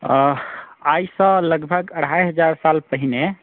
आइसँ लगभग अढ़ाइ हजार साल पहिने